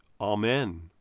Amen